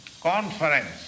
conference